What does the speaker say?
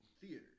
theaters